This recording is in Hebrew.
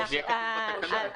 זה יהיה כתוב בתקנות.